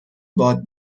باد